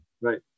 Right